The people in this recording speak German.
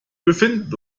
befinden